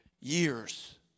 years